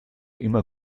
immer